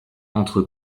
entre